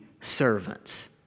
servants